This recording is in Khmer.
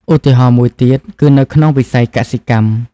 ឧទាហរណ៍មួយទៀតគឺនៅក្នុងវិស័យកសិកម្ម។